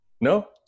No